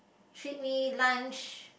treat me lunch